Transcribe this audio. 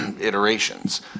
iterations